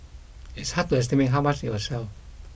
it's hard to estimate how much it will sell